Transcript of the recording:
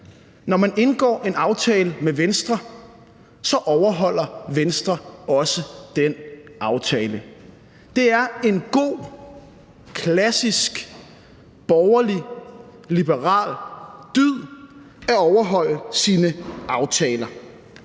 Når man indgår en aftale med Venstre, overholder Venstre også den aftale. Det er en god klassisk borgerlig, liberal dyd at overholde sine aftaler,